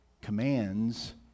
commands